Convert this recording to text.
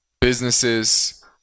Businesses